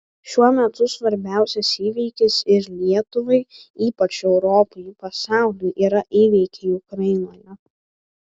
šiuo metu svarbiausias įvykis ir lietuvai ypač europai pasauliui yra įvykiai ukrainoje